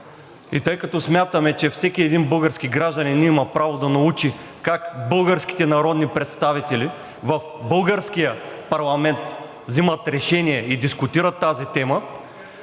и тъй като смятаме, че всеки един български гражданин има право да научи как българските народни представители в българския парламент взимат решение и дискутират тази тема,